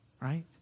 right